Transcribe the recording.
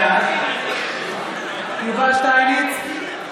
בעד יובל שטייניץ,